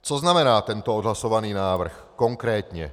Co znamená tento odhlasovaný návrh konkrétně?